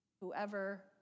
Whoever